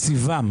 תקציבן.